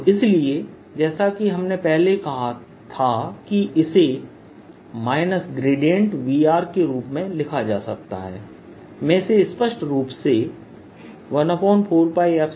और इसलिए जैसा कि हमने पहले देखा था कि इसे Vr के रूप में लिखा जा सकता है मैं इसे स्पष्ट रूप से 14π0freer r